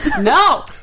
No